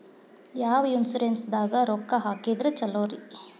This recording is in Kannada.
ಯಾವ ಇನ್ಶೂರೆನ್ಸ್ ದಾಗ ರೊಕ್ಕ ಹಾಕಿದ್ರ ಛಲೋರಿ?